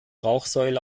rauchsäule